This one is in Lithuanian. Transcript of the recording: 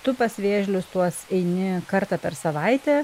tu pas vėžlius tuos eini kartą per savaitę